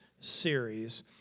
series